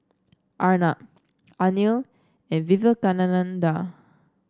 Arnab Anil and Vivekananda